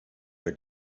bei